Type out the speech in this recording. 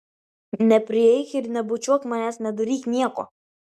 neprieik ir nebučiuok manęs nedaryk nieko